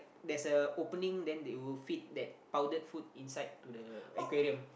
there's a opening then they will feed that powdered food inside to the aquarium